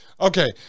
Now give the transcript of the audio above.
okay